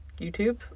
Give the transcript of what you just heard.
YouTube